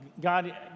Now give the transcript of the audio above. God